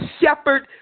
shepherd